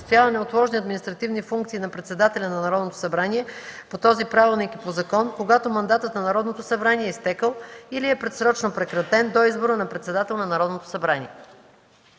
осъществява неотложни административни функции на председателя на Народното събрание по този правилник и по закон, когато мандатът на Народното събрание е изтекъл или е предсрочно прекратен, до избора на председател на Народното събрание.”